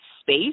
space